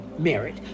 merit